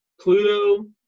Pluto